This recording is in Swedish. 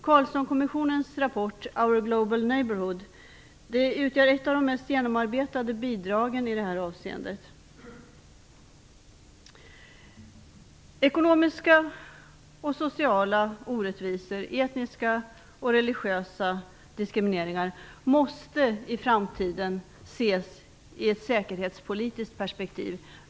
Carlssonkommissionens rapport Our Global Neighbourhood utgör ett av de mest genomarbetade bidragen i det här avseendet. Ekonomiska och sociala orättvisor liksom etnisk och religiös diskriminering måste i framtiden ses i ett säkerhetspolitiskt perspektiv.